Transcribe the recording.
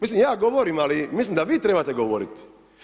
Mislim, ja govorim ali mislim da vi trebate govoriti.